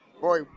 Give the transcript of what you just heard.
boy